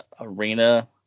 arena